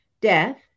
death